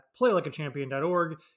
playlikeachampion.org